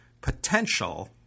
potential